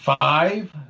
Five